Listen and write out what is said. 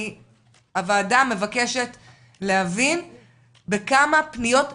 הוועדה מבקשת להבין בכמה פניות ילדים,